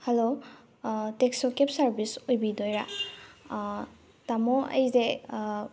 hello taxi cab service ꯑꯣꯏꯕꯤꯗꯣꯏꯔ ꯇꯥꯃꯣ ꯑꯩꯁꯦ